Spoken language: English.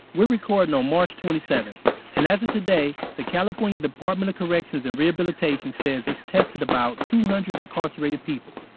we're recording on march twenty seventh and as of today, the california department of corrections and rehabilitation says it's tested about two hundred incarcerated people.